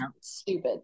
stupid